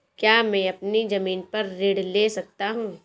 क्या मैं अपनी ज़मीन पर ऋण ले सकता हूँ?